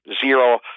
zero